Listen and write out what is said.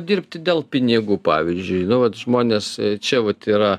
dirbti dėl pinigų pavyzdžiui nu vat žmonės čia vat yra